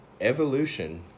evolution